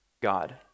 God